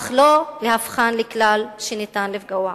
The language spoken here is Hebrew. אך לא להופכם לכלל שניתן לפגוע בו.